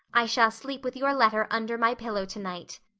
i shall sleep with your letter under my pillow tonight.